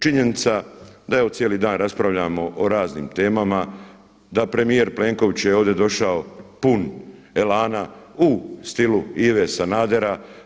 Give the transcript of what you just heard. Činjenica da evo cijeli dan raspravljamo o raznim temama, da premijer Plenković je ovdje došao pun elana u stilu Ive Sanadera.